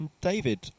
David